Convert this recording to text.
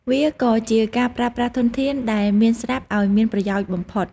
វាក៏ជាការប្រើប្រាស់ធនធានដែលមានស្រាប់ឱ្យមានប្រយោជន៍បំផុត។